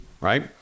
right